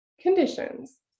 conditions